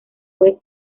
fue